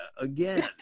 again